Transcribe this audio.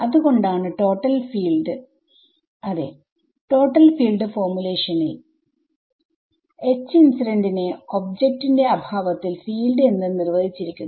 അതെ total field formulation ൽ വിദ്യാർത്ഥി Td H ഇൻസിഡന്റ് നെ ഒബ്ജെക്റ്റ്ന്റെ അഭാവത്തിൽ ഫീൽഡ് എന്ന് നിർവ്വചിച്ചിരിക്കുന്നു